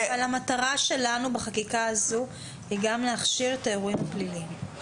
אבל המטרה שלנו בחקיקה הזו היא גם להכשיר את האירועים הפליליים.